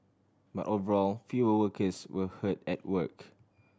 but overall fewer workers were hurt at work